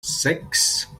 sechs